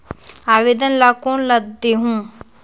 आवेदन ला कोन ला देहुं?